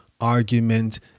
argument